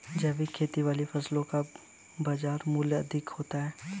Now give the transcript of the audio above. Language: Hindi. जैविक खेती वाली फसलों का बाजार मूल्य अधिक होता है